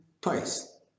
twice